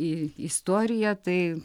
i istoriją tai